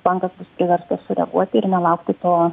bankas bus priverstas sureaguoti ir nelaukti to